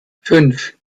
fünf